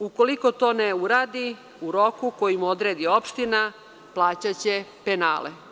Ukoliko to ne uradi u roku koji mu odredi opština plaćaće penale.